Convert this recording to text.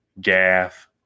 gaff